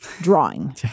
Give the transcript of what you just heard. drawing